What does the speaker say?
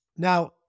Now